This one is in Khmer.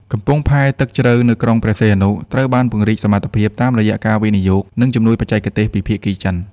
កំពង់ផែទឹកជ្រៅនៅក្រុងព្រះសីហនុត្រូវបានពង្រីកសមត្ថភាព តាមរយៈការវិនិយោគ និងជំនួយបច្ចេកទេសពីភាគីចិន។